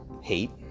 hate